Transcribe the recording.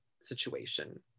situation